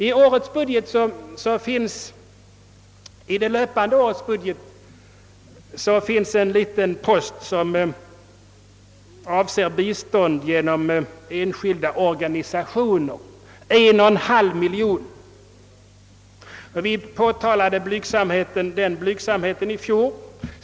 I det löpande årets budget finns en liten post som avser bistånd genom enskilda organisationer — 1!/2 miljon kronor. Vi påtalade den blygsamheten i fjol.